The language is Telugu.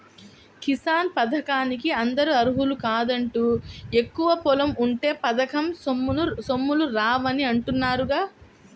కిసాన్ పథకానికి అందరూ అర్హులు కాదంట, ఎక్కువ పొలం ఉంటే పథకం సొమ్ములు రావని అంటున్నారుగా